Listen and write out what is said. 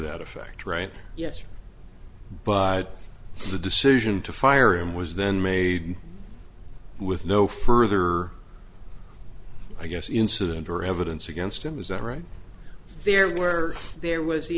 that effect right yes but the decision to fire him was then made with no further i guess incident or evidence against him is that right there where there was the